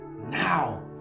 now